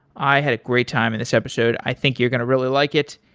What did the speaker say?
i had a great time in this episode. i think you're going to really like it.